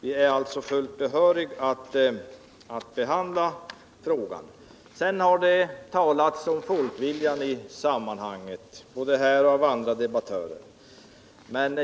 Vi är således fullt behöriga att behandla frågan. Det har i sammanhanget talats om folkviljan, både här och av andra debattörer.